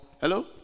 hello